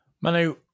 Manu